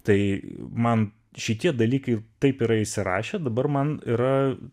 tai man šitie dalykai taip yra įsirašę dabar man yra